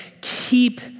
keep